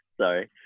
sorry